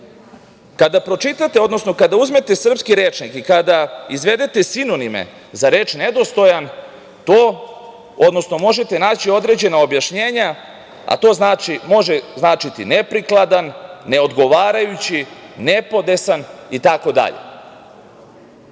pročitate, odnosno kada uzmete srpski rečnik i kada izvedete sinonime za reč „nedostojan“, možete naći određena objašnjenja, a to može značiti – neprikladan, neodgovarajući, nepodesan,